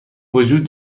وجود